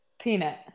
Peanut